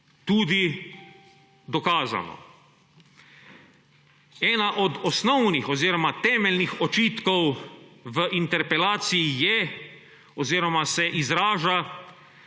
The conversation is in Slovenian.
tudi dokazano. Eden od osnovnih oziroma temeljnih očitkov v interpelaciji je oziroma se izraža,